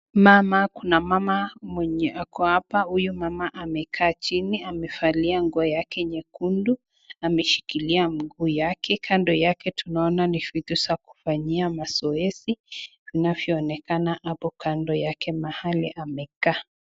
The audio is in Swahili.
Mama kuna mama mwenye ako hapa. Huyu mama amekaa chini amefalia nguo yake nyekundu, ameshikilia mguu yake. Kando yake tunaona ni vitu za kufanyia mazoezi vinavyoonekana hapo kando yake mahali amekaa.